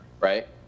Right